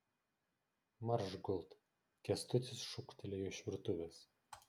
marš gult kęstutis šūktelėjo iš virtuvės